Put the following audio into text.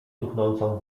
cuchnącą